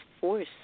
force